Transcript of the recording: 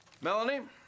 Melanie